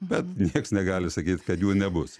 bet nieks negali sakyt kad jų nebus